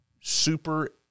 super